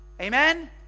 Amen